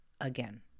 Again